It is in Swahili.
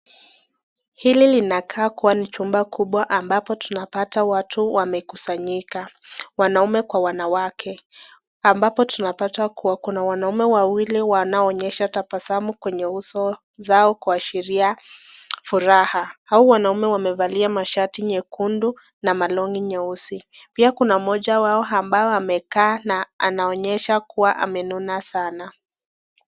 Hili linakaa kuwa ni chumba kubwa ambapo tunapata watu wamekusanyika, wanaume kwa wanawake. Ambapo tunapata kuwa kuna wanaume wawili wanaonyesha tabasamu kwenye uso zao kuashiria furaha, au wanaume wamevalia mashati nyekundu na malongi nyeusi. Pia Kuna moja wao ambye amekaa na anaonyesha kuwa amenona sana.